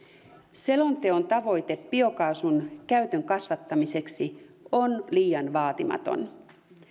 selonteon tavoite biokaasun käytön kasvattamiseksi on liian vaatimaton